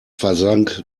versank